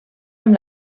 amb